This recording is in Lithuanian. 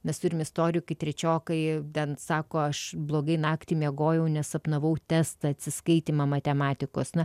mes turime istorijų kai trečiokai ten sako aš blogai naktį miegojau nes sapnavau testą atsiskaitymą matematikos na